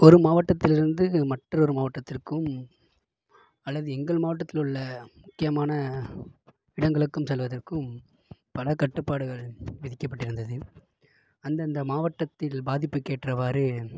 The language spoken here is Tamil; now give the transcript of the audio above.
ஒரு மாவட்டத்தில் இருந்து மற்றொரு மாவட்டத்திற்கும் அல்லது எங்கள் மாவட்டத்தில் உள்ள முக்கியமான இடங்களுக்கும் செல்வதற்கும் பல கட்டுப்பாடுகள் விதிக்கப்பட்டு இருந்தது அந்தந்த மாவட்டத்தில் பாதிப்புக்கு ஏற்றவாறு